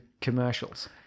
commercials